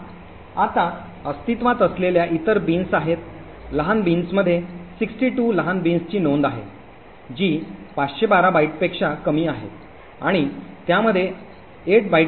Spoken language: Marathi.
आता अस्तित्वात असलेल्या इतर बीन्स आहेत 62 लहान बीन्सची नोंद आहे जी 512 बाइटपेक्षा कमी आहेत आणि त्यामध्ये 8 बाइटचे तुकडे आहेत